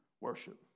worship